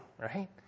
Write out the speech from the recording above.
right